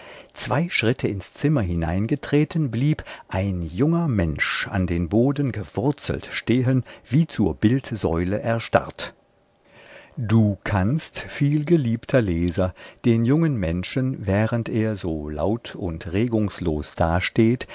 zwei schritte ins zimmer hineingetreten blieb ein junger mensch an den boden gewurzelt stehen wie zur bildsäule erstarrt du kannst vielgeliebter leser den jungen menschen während er so laut und regungslos dasteht